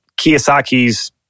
Kiyosaki's